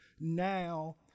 Now